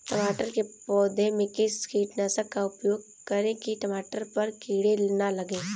टमाटर के पौधे में किस कीटनाशक का उपयोग करें कि टमाटर पर कीड़े न लगें?